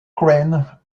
crane